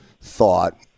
thought